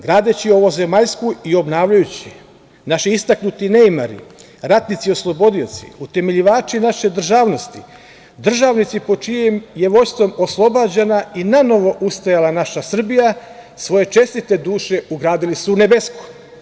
Gradeći ovozemaljsku i obnavljajući je, naši istaknuti neimari, ratnici oslobodioci, utemeljivači naše državnosti, državnici pod čijem je vođstvom oslobađana i nanovo ustajala naša Srbija, svoje čestite duše ugradili su u nebesku.